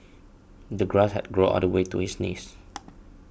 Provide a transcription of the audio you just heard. the grass had grown all the way to his knees